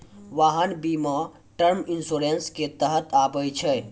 वाहन बीमा term insurance के तहत आबै छै